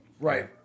Right